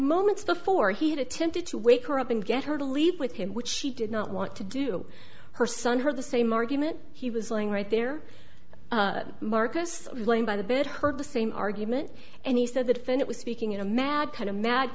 moments before he had attempted to wake her up and get her to leave with him which she did not want to do her son heard the same argument he was laying right there marcus was laying by the bed heard the same argument and he said that if it was speaking in a mad kind of mad